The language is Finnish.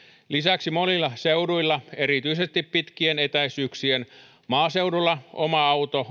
lisäksi monilla seuduilla erityisesti pitkien etäisyyksien maaseudulla oma auto